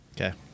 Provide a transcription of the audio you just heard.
Okay